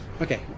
Okay